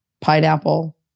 pineapple